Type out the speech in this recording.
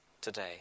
today